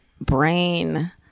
brain